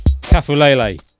Kafulele